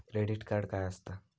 Credit card काय असता?